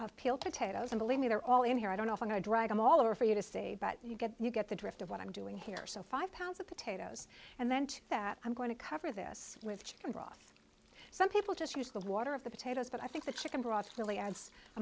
pounds peel potatoes and believe me they're all in here i don't know if i drag them all over for you to say but you get you get the drift of what i'm doing here so five pounds of potatoes and then two that i'm going to cover this with chicken broth some people just use the water of the potatoes but i think the chicken broth really adds a